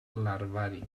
larvari